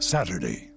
Saturday